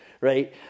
right